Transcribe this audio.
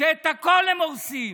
שאת הכול הם הורסים,